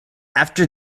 after